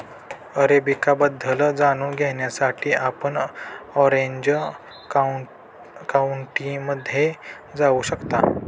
arabica बद्दल जाणून घेण्यासाठी आपण ऑरेंज काउंटीमध्ये जाऊ शकता